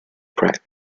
private